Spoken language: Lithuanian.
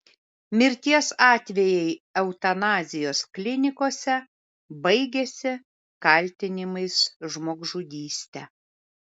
mirties atvejai eutanazijos klinikose baigiasi kaltinimais žmogžudyste